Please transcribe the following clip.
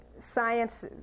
science